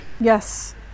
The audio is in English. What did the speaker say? Yes